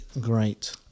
great